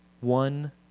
one